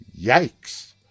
Yikes